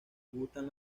gustan